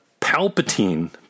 Palpatine